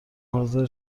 حاضر